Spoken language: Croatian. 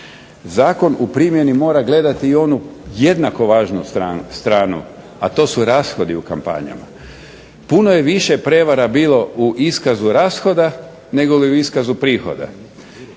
Zakon u primjeni mora gledati i onu jednako važnu stranu, a to su rashodi u kampanjama. Puno je više prevara bilo u iskazu rashoda, negoli u iskazu prihoda.